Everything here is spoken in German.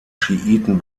schiiten